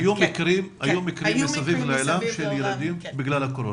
היו מקרים מסביב לעולם של ילדים נפטרו בגלל הקורונה?